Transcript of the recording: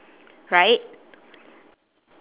right